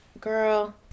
Girl